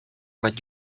but